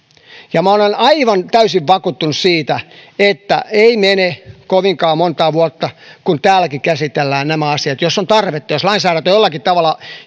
minä olen aivan täysin vakuuttunut siitä että ei mene kovinkaan montaa vuotta kun täälläkin käsitellään nämä asiat jos on tarvetta jos lainsäädäntö jollakin tavalla